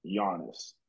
Giannis